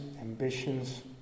ambitions